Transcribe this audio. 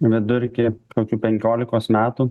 vidurkį kokių penkiolikos metų